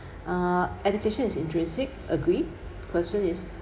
uh education is intrinsic agree question is